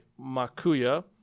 Makuya